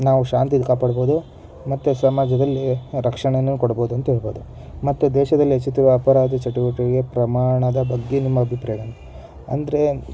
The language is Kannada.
ನಾವು ಶಾಂತಿ ಕಾಪಾಡ್ಬೋದು ಮತ್ತೆ ಸಮಾಜದಲ್ಲಿ ರಕ್ಷಣೆಯನ್ನು ಕೊಡಬಹುದು ಅಂತ ಹೇಳ್ಬೋದು ಮತ್ತು ದೇಶದಲ್ಲಿ ಹೆಚ್ಚುತ್ತಿರುವ ಅಪರಾಧ ಚಟುವಟಿಕೆಗಳಿಗೆ ಪ್ರಮಾಣದ ಬಗ್ಗೆ ನಿಮ್ಮ ಅಭಿಪ್ರಾಯ ಅಂದರೆ